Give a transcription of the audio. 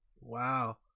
Wow